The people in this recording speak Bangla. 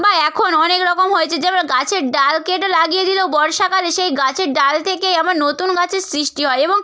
বা এখন অনেক রকম হয়েছে গাছের ডাল কেটে লাগিয়ে দিলেও বর্ষাকালে সেই গাছের ডাল থেকেই আমার নতুন গাছের সৃষ্টি হয় এবং